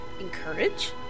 Encourage